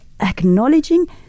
Acknowledging